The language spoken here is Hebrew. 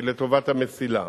לטובת המסילה.